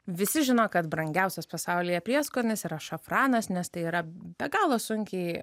visi žino kad brangiausias pasaulyje prieskonis yra šafranas nes tai yra be galo sunkiai